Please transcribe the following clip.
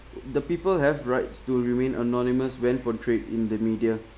the people have rights to remain anonymous when portrayed in the media